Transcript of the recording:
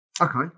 okay